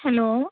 hello